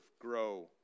grow